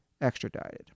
extradited